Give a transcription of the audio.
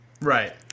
right